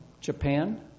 Japan